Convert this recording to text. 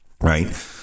right